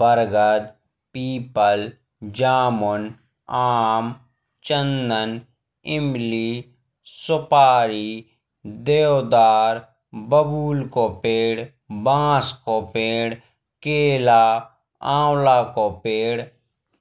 बरगद, पीपल, जामुन, आम, चंदन, इमली, सुपारी। देवदार, बबूल का पेड़, बाँस का पेड़, केला आंवला का पेड़।